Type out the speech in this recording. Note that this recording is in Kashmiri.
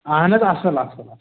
اَصٕل آسان